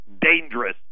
dangerous